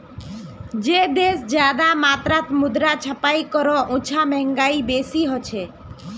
जे देश ज्यादा मात्रात मुद्रा छपाई करोह उछां महगाई बेसी होछे